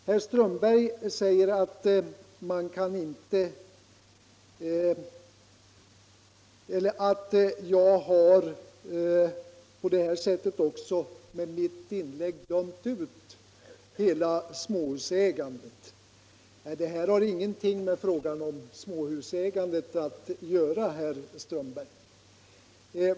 Sedan sade herr Strömberg i Botkyrka att jag med mitt inlägg dömde ut hela småhusägandet. Nej, det gjorde jag inte, och detta har ingenting med frågan om småhusägandet att göra, herr Strömberg.